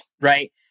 Right